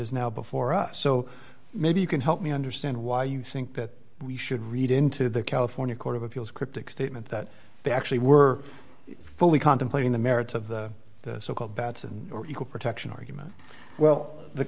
is now before us so maybe you can help me understand why you think that we should read into the california court of appeals cryptic statement that they actually were fully contemplating the merits of the so called batson or equal protection argument well the